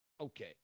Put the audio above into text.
okay